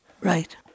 Right